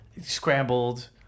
scrambled